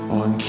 on